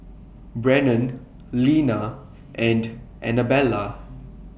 Brennon Lina and Anabella